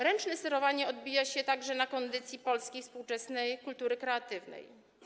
Ręczne sterowanie odbija się także na kondycji polskiej współczesnej kultury kreatywnej.